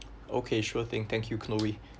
okay sure thing thank you chloe